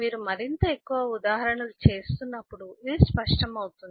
మీరు మరింత ఎక్కువ ఉదాహరణలు చేస్తున్నప్పుడు ఇది స్పష్టమవుతుంది